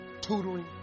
tutoring